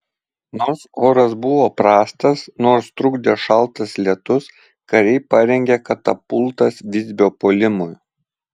nors oras buvo prastas nors trukdė šaltas lietus kariai parengė katapultas visbio puolimui